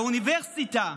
באוניברסיטה,